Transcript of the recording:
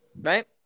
right